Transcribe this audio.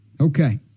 Okay